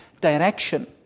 direction